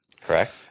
Correct